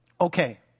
Okay